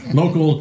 local